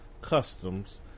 customs